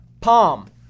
palm